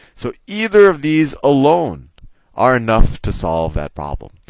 so either of these alone are enough to solve that problem.